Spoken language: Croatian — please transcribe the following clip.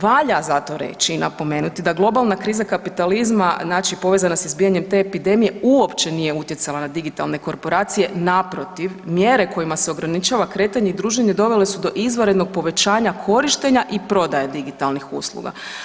Valja zato reći i napomenuti da globalna kriza kapitalizma povezana s izbijanjem te epidemije uopće nije utjecala na digitalne korporacije, naprotiv mjere kojima se ograničava kretanje i druženje dovele su do izvanrednog povećanja korištenja i prodaje digitalnih usluga.